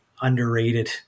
underrated